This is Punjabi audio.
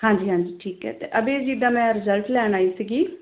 ਹਾਂਜੀ ਹਾਂਜੀ ਠੀਕ ਹੈ ਅਤੇ ਅਭੈਜੀਤ ਦਾ ਮੈਂ ਰਿਜਲਟ ਲੈਣ ਆਈ ਸੀਗੀ